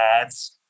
ads